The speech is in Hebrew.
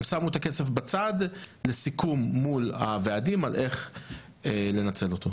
הם שמו את הכסף בצד לסיכום מול הוועדים על איך לנצל אותו.